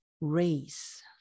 race